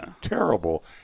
terrible